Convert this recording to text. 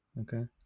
Okay